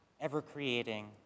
ever-creating